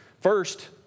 First